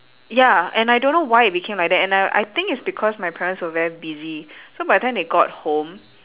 ya and I don't know why it became like that and uh I think it's because my parents were very busy so by the time they got home